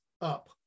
up